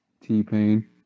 T-Pain